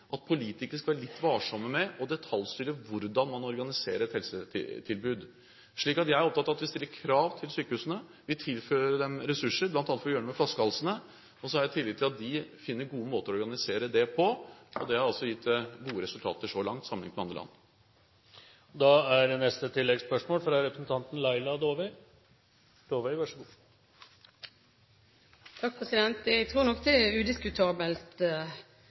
at politikere skal være litt varsomme med å detaljstyre hvordan man organiserer et helsetilbud. Jeg er opptatt av at vi stiller krav til sykehusene. Vi tilfører dem ressurser, bl.a. for å gjøre noe med flaskehalsene. Så har jeg tillit til at de finner gode måter å organisere det på, og det har gitt gode resultater så langt sammenlignet med andre land. Laila Dåvøy – til oppfølgingsspørsmål. Jeg tror nok det er udiskutabelt at folk flest, vi her i Stortinget og Kreftforeningen, har oppfattet at det